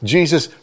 Jesus